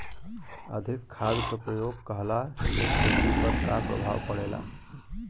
अधिक खाद क प्रयोग कहला से खेती पर का प्रभाव पड़ेला?